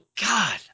god